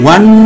One